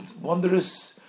wondrous